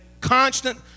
constant